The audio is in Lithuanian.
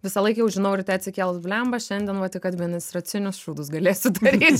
visą laik jau žinau ryte atsikėlus blemba šiandien va tik administracinius šūdus galėsiu daryt